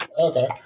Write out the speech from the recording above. Okay